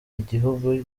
igihugu